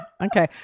Okay